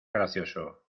gracioso